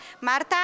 marta